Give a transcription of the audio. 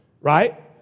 right